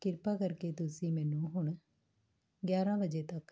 ਕਿਰਪਾ ਕਰਕੇ ਤੁਸੀਂ ਮੈਨੂੰ ਹੁਣ ਗਿਆਰਾਂ ਵਜੇ ਤੱਕ